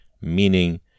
Meaning